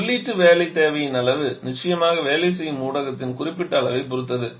இந்த உள்ளீட்டு வேலை தேவையின் அளவு நிச்சயமாக வேலை செய்யும் ஊடகத்தின் குறிப்பிட்ட அளவைப் பொறுத்தது